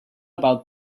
about